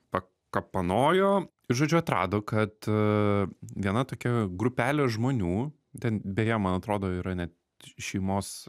pakapanojo žodžiu atrado kad viena tokia grupelė žmonių ten beje man atrodo yra net šeimos